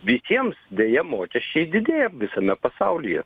visiems deja mokesčiai didėja visame pasaulyje